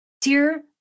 dear